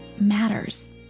matters